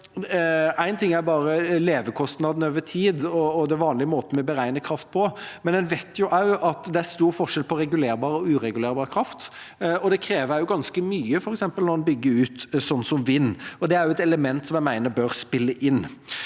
én ting er levekostnadene over tid og den vanlige måten å beregne kraft på, men en vet jo også at det er stor forskjell på regulerbar og uregulerbar kraft. Det krever ganske mye når en bygger ut f.eks. vindkraft, og det er et element som jeg mener bør spille inn.